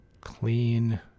clean